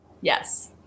Yes